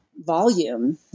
volume